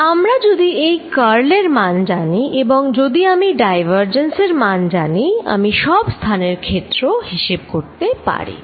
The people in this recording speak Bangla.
আমি যদি এই কার্ল এর মান জানি এবং যদি আমি ডাইভারজেন্স এর মান জানি আমি সব স্থানের ক্ষেত্র হিসেব করতে পারি